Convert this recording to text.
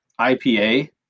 IPA